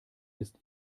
ist